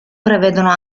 prevedono